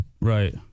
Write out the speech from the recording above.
Right